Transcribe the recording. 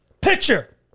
Picture